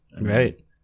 Right